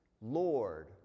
Lord